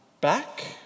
back